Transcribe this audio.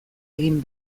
egin